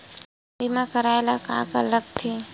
बीमा करवाय ला का का लगथे?